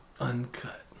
Uncut